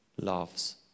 loves